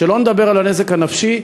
שלא נדבר על הנזק הנפשי.